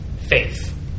faith